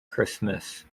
christmas